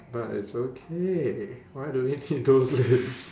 but it's okay why do we need those lips